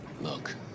look